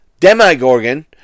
demigorgon